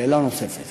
שאלה נוספת